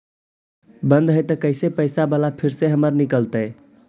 बन्द हैं त कैसे पैसा बाला फिर से हमर निकलतय?